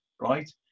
right